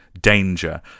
danger